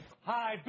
Hi